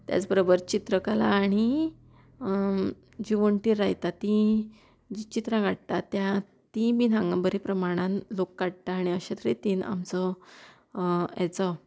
त्याच बरोबर चित्रकला आनी जी वणटीर लायता तीं जीं चित्रां काडटात त्या तीं बीन हांगा बरे प्रमाणान लोक काडटा आनी अशे तर रितीन आमचो हेचो